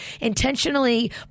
intentionally